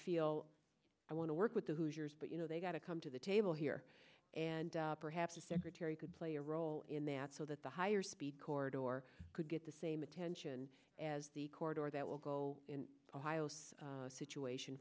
feel i want to work with the hoosiers but you know they've got to come to the table here and perhaps the secretary could play a role in that so that the higher speed court or could get the same attention as the court or that will go in ohio situation